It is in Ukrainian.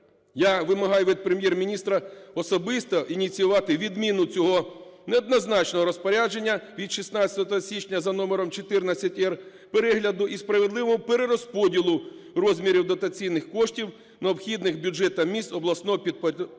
я вимагаю від Прем'єр-міністра особисто ініціювати відміну цього неоднозначного розпорядження від 16 січня за номером 14-р, перегляду і справедливого перерозподілу розмірів дотаційних коштів, необхідних бюджетам міст обласного підпорядкування